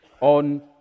on